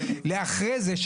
לאחרי זה.